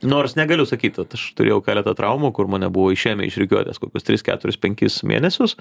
nors negaliu sakyt vat aš turėjau keletą traumų kur mane buvo išėmę iš rikiuotės kokius tris keturis penkis mėnesius